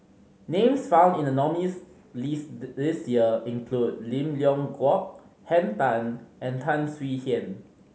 names found in the nominees' list the this year include Lim Leong Geok Henn Tan and Tan Swie Hian